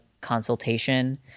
consultation